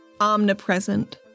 omnipresent